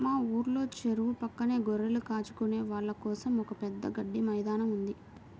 మా ఊర్లో చెరువు పక్కనే గొర్రెలు కాచుకునే వాళ్ళ కోసం ఒక పెద్ద గడ్డి మైదానం ఉంది